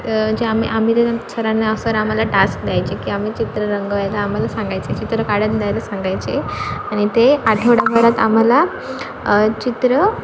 जे आम्ही आम्ही त्याच्यामध्ये सरांना सर आम्हाला जे टास्क द्यायचे की आम्ही चित्र रंगवायला आम्हाला सांगायचे चित्र काढून द्यायला सांगायचे आणि ते आठवडाभरात आम्हाला चित्र